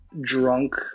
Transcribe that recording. drunk